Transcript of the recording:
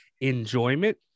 enjoyment